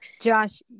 Josh